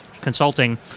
consulting